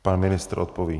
Pan ministr odpoví.